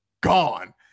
gone